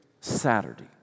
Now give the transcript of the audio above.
Saturday